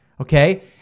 Okay